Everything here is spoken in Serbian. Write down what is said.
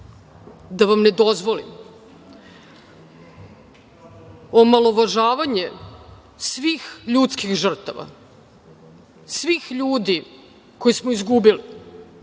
da vam ne dozvolim omalovažavanje svih ljudskih žrtava, svih ljudi koje smo izgubili,